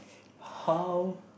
how